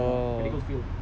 so he's like medical